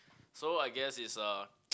so I guess it's a